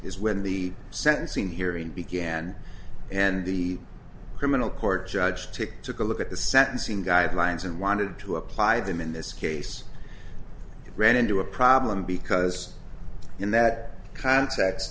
is when the sentencing hearing began and the criminal court judge to took a look at the sentencing guidelines and wanted to apply them in this case it ran into a problem because in that cont